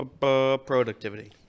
Productivity